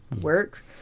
work